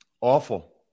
Awful